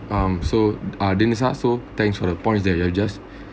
um so uh ah so thanks for the your points that you are just